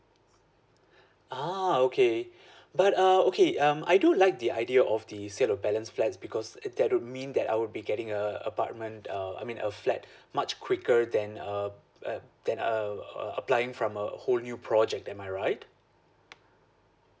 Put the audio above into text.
ah okay but uh okay um I do like the idea of the sale of balance flats because it that would mean that I will be getting a apartment uh I mean a flat much quicker than um uh than err uh applying from a whole new project am I right